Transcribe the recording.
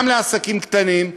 גם לעסקים קטנים,